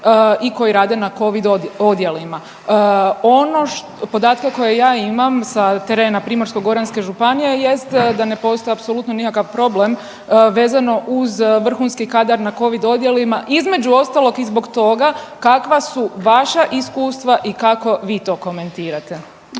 i koji rade na covid odjelima. Podatke koje ja imam sa terena Primorsko-goranske županije jest da ne postoji apsolutno nikakav problem vezano uz vrhunski kadar na covid odjelima između ostalog i zbog toga kakva su vaša iskustva i kako vi to komentirate.